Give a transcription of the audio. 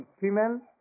female